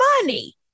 money